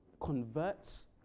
converts